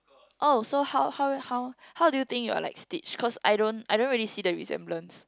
oh so how how how how do you think you're like Stitch cause I don't I don't really see the resemblance